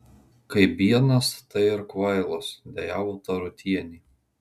kai biednas tai ir kvailas dejavo tarutienė